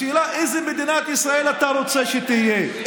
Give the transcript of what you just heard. השאלה, איזו מדינת ישראל אתה רוצה שתהיה?